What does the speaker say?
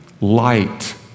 light